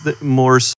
more